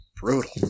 brutal